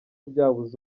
byabuze